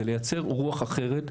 זה לייצר רוח אחרת,